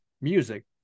music